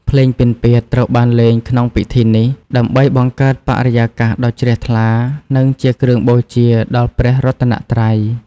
ភ្លេងពិណពាទ្យត្រូវបានលេងក្នុងពិធីនេះ ដើម្បីបង្កើតបរិយាកាសដ៏ជ្រះថ្លា និងជាគ្រឿងបូជាដល់ព្រះរតនត្រ័យ។